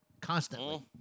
constantly